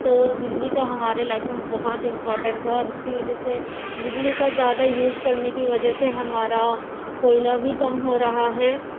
تو بجلی کا ہمارے لائف میں بہت امپورٹنٹ ہے اور اسی وجہ سے بجلی کا زیادہ یوز کرنے کی وجہ سے ہمارا کوئلہ بھی کم ہو رہا ہے